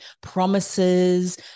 promises